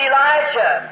Elijah